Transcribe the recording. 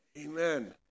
Amen